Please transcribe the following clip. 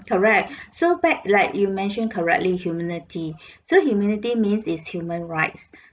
correct so back like you mentioned correctly humanity so humanity means is human rights